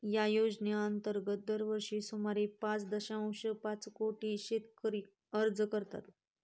या योजनेअंतर्गत दरवर्षी सुमारे पाच दशांश पाच कोटी शेतकरी अर्ज करतात